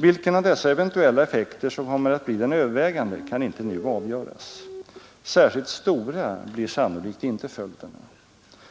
Vilken av dessa eventuella effekter som kommer att bli den övervägande kan inte nu avgöras. Särskilt stora blir sannolikt inte följderna.